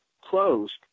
closed